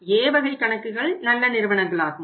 A வகை கணக்குகள் நல்ல நிறுவனங்களாகும்